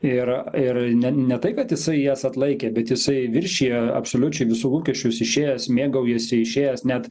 ir ir ne ne tai kad jisai jas atlaikė bet jisai viršija absoliučiai visų lūkesčius išėjęs mėgaujasi išėjęs net